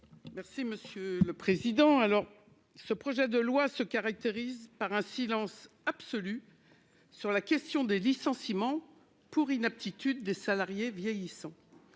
Merci monsieur le président. Alors ce projet de loi se caractérise par un silence absolu sur la question des licenciements pour inaptitude des salariés vieillissants.